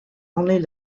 only